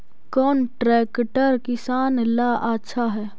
कौन ट्रैक्टर किसान ला आछा है?